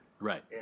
Right